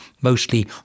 mostly